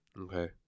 okay